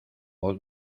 voz